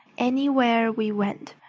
anywhere we went,